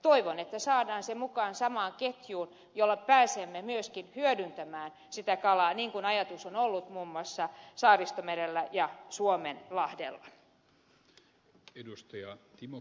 toivon että saadaan se mukaan samaan ketjuun jolla pääsemme myöskin hyödyntämään sitä kalaa niin kuin ajatus on ollut muun muassa saaristomerellä ja suomenlahdella